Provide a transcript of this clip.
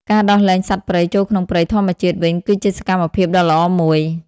ការដោះលែងសត្វព្រៃចូលក្នុងព្រៃធម្មជាតិវិញគឺជាសកម្មភាពដ៏ល្អមួយ។